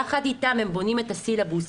יחד איתם הם בונים את הסילבוס,